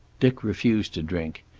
dick refused to drink.